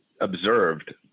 observed